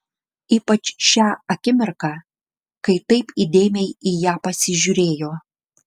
ypač šią akimirką kai taip įdėmiai į ją pasižiūrėjo